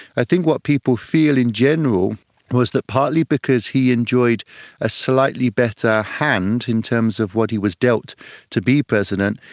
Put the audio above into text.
i think what people feel in general was that partly because he enjoyed a slightly better hand in terms of what he was dealt to be president,